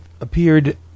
appeared